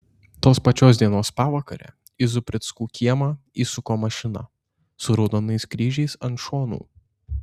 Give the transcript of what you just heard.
tos pačios dienos pavakare į zubrickų kiemą įsuko mašina su raudonais kryžiais ant šonų